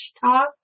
talk